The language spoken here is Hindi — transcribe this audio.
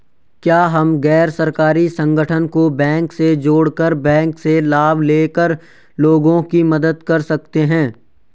क्या हम गैर सरकारी संगठन को बैंक से जोड़ कर बैंक से लाभ ले कर लोगों की मदद कर सकते हैं?